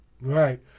Right